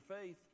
faith